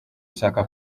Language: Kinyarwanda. ushaka